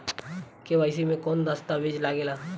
KYC मे कौन दश्तावेज लागेला?